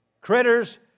critters